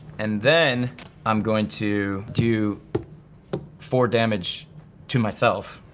and then i'm going to do four damage to myself,